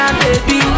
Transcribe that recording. baby